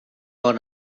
bon